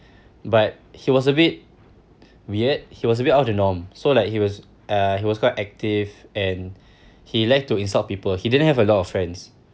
but he was a bit weird he was a bit out of the norm so like he was uh he was quite active and he liked to insult people he didn't have a lot of friends